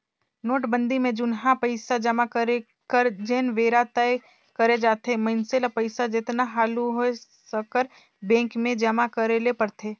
नोटबंदी में जुनहा पइसा जमा करे कर जेन बेरा तय करे जाथे मइनसे ल पइसा जेतना हालु होए सकर बेंक में जमा करे ले रहथे